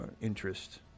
interest